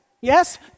yes